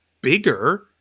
bigger